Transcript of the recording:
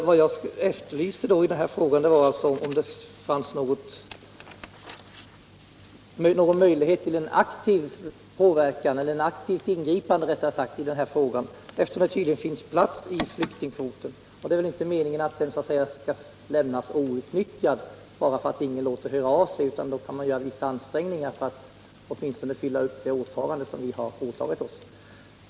Vad jag efterlyste i min fråga var alltså om det fanns någon möjlighet till ett aktivt ingripande, eftersom det tydligen finns plats i flyktingkvoten. Det är väl inte meningen att den så att säga skall lämnas outnyttjad bara därför att ingen låter höra av sig, utan då kan man göra vissa ansträngningar för att åtminstone fylla upp det åtagande som vi har gjort.